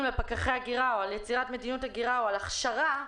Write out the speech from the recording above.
לפקחי הגירה או על יצירת מדיניות הגירה או על הכשרה,